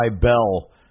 bell